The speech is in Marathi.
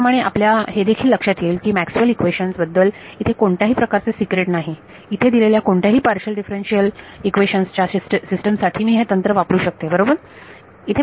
त्याप्रमाणे आपल्या हेदेखील लक्षात येईल कि मॅक्सवेल इक्वेशन्सMaxwell's equations बद्दल इथे कोणत्याही प्रकारचे सीक्रेट नाही इथे दिलेल्या कोणत्याही पार्शल डिफ्रेन्शियल इक्वेशन्स च्या सिस्टिम साठी मी हे तंत्र वापरू शकते बरोबर